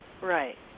Right